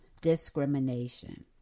discrimination